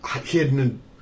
hidden